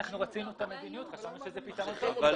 לכן רצינו את המדיניות, חשבנו שזה פתרון טוב.